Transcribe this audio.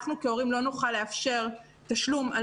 אנחנו כהורים לא נוכל לאפשר תשלום על